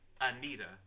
Anita